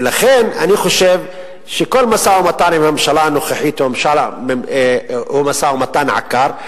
ולכן אני חושב שכל משא-ומתן עם הממשלה הנוכחית הוא משא-ומתן עקר,